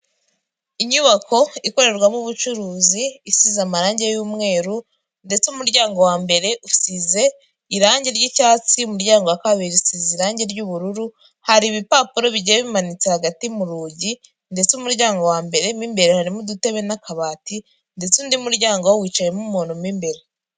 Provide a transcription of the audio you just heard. Inyubako ikorerwamo ubucuruzi isize amarangi y'umweru, ndetse umuryango wa mbere usize irangi ry'icyatsi, umuryango wa kabiri usize irangi ry'ubururu. Hari ibipapuro bigiye bimanitse hagati mu rugi, ndetse umuryango wa mbere mo imbere harimo udutebe n'akabati ndetse undi muryango wicayemo umuntu mo imbere.